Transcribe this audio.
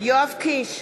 יואב קיש,